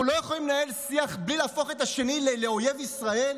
אנחנו לא יכולים לנהל שיח בלי להפוך את השני לאויב ישראל?